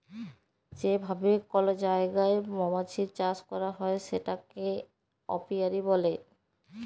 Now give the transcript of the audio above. যে ভাবে কল জায়গায় মমাছির চাষ ক্যরা হ্যয় সেটাকে অপিয়ারী ব্যলে